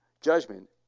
judgment